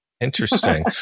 Interesting